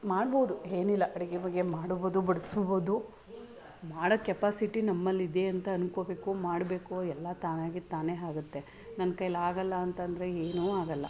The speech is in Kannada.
ಮಾಡ್ಬೋದು ಏನಿಲ್ಲ ಅಡುಗೆ ಬಗ್ಗೆ ಮಾಡ್ಬೋದು ಬಡಿಸ್ಬೋ ದು ಮಾಡೋ ಕೆಪಾಸಿಟಿ ನಮ್ಮಲ್ಲಿದೆ ಅಂತ ಅಂದ್ಕೊಳ್ಬೇಕು ಮಾಡಬೇಕು ಎಲ್ಲ ತಾನಾಗೇ ತಾನೆ ಆಗುತ್ತೆ ನನ್ನ ಕೈಲಿ ಆಗೋಲ್ಲ ಅಂತ ಅಂದ್ರೆ ಏನೂ ಆಗೋಲ್ಲ